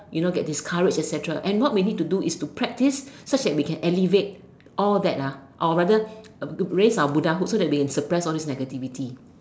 you know get this courage etcetera and what we need to do is to practise such that we can elevate all that ah or rather raise our Buddhahood so that we can suppress all this negativity